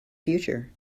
future